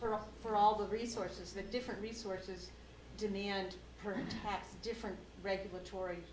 for all the resources that different resources demand for different regulatory